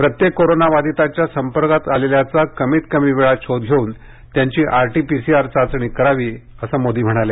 प्रत्येक कोरोनाबाधिताच्या संपर्कात आलेल्याचा कमीत कमी वेळात शोध घेऊन त्यांची R T P C R चाचणी करावी असे मोदी म्हणाले